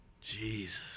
Jesus